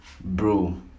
bro